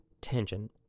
tangent